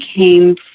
came